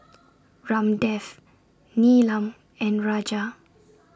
Ramdev Neelam and Raja